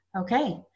Okay